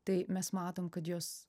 tai mes matom kad jos